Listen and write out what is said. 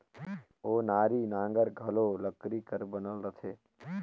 ओनारी नांगर घलो लकरी कर बनल रहथे